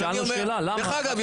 שאלנו שאלה: למה --- דרך אגב,